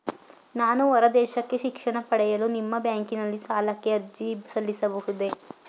ನಾನು ಹೊರದೇಶಕ್ಕೆ ಶಿಕ್ಷಣ ಪಡೆಯಲು ನಿಮ್ಮ ಬ್ಯಾಂಕಿನಲ್ಲಿ ಸಾಲಕ್ಕೆ ಅರ್ಜಿ ಸಲ್ಲಿಸಬಹುದೇ?